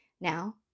Now